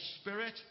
spirit